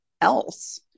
else